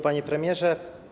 Panie Premierze!